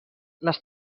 les